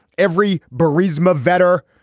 every barre's mob vetter,